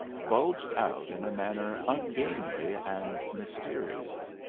bulged out in a manner ungainly and mysterious.